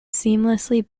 seamlessly